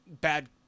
bad